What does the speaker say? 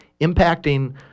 impacting